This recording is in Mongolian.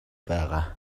байгаа